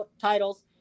titles